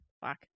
Fuck